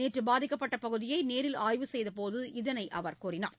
நேற்று பாதிக்கப்பட்ட பகுதியை நேரில் ஆய்வு செய்தபோது இதனை அவர் தெரிவித்தார்